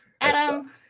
Adam